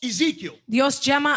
Ezekiel